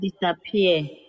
disappear